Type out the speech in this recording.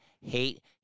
hate